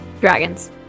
Dragons